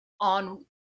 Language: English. on